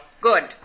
Good